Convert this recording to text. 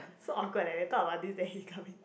so awkward leh they talk about this then he's coming